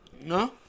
No